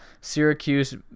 Syracuse